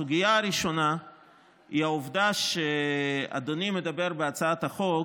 הסוגיה הראשונה היא העובדה שאדוני מדבר בהצעת החוק